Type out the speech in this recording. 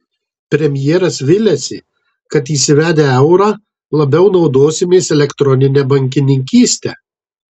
premjeras viliasi kad įsivedę eurą labiau naudosimės elektronine bankininkyste